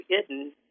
hidden